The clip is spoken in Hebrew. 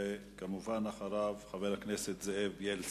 וכמובן, אחריו, חבר הכנסת זאב בילסקי.